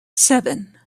seven